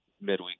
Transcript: midweek